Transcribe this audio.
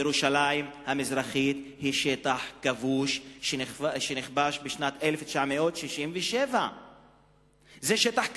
ירושלים המזרחית היא שטח כבוש שנכבש בשנת 1967. זה שטח כבוש.